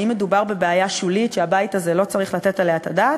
האם מדובר בבעיה שולית שהבית הזה לא צריך לתת עליה את הדעת?